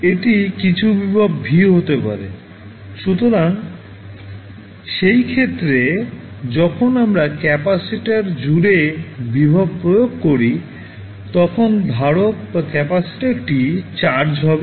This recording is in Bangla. এটি কিছু ভোল্টেজ V হতে পারে সুতরাং সেই ক্ষেত্রে যখন আমরা ক্যাপাসিটর জুড়ে ভোল্টেজ প্রয়োগ করি তখন ধারক টি চার্জ হবে